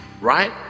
right